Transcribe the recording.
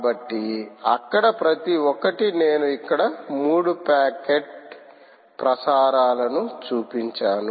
కాబట్టి అక్కడ ప్రతి ఒక్కటి నేను ఇక్కడ మూడు ప్యాకెట్ ప్రసారాలను చూపించాను